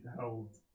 held